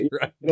right